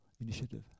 initiative